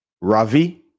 Ravi